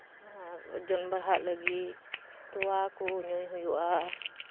ᱟᱨ ᱳᱡᱳᱱ ᱵᱟᱲᱦᱟᱜ ᱞᱟᱹᱜᱤᱫ ᱛᱚᱣᱟ ᱠᱚ ᱧᱩᱭ ᱦᱩᱭᱩᱜᱼᱟ